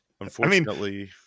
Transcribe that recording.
unfortunately